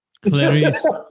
Clarice